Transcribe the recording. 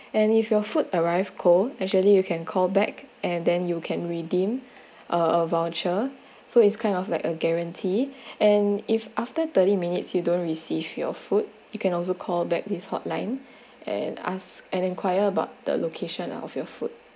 and if your food arrived cold actually you can call back and then you can redeem a a voucher so it's kind of like a guarantee and if after thirty minutes you don't receive your food you can also call back this hotline and ask and enquire about the location of your food